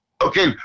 Okay